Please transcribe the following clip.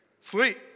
Sweet